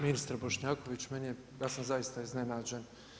Ministar Bošnjaković meni je, ja sam zaista iznenađen.